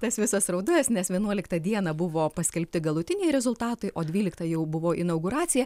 tas visas raudas nes vienuoliktą dieną buvo paskelbti galutiniai rezultatai o dvyliktą jau buvo inauguracija